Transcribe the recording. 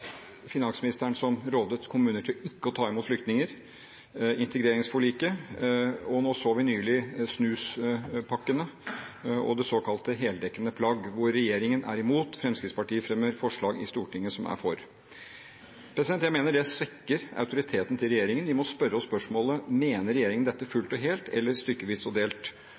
finansministeren som rådet kommuner til ikke å ta imot flyktninger, integreringsforliket, og nå så vi nylig snuspakkene og det såkalt heldekkende plagg, hvor regjeringen er imot, Fremskrittspartiet fremmer forslag i Stortinget som er for. Jeg mener dette svekker autoriteten til regjeringen. Vi må stille oss spørsmålet: Mener regjeringen dette fullt og helt eller stykkevis og delt?